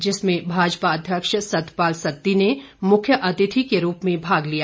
जिसमें भाजपा अध्यक्ष सतपाल सत्ती ने मुख्य अतिथि के रूप में भाग लिया